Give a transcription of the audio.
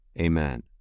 Amen